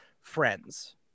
friends